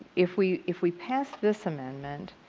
if we if we pass this amendment,